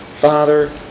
Father